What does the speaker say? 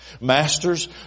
masters